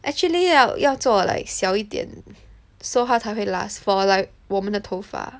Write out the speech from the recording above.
actually ah 要做 like 小一点 so 它才会 last for like 我们的头发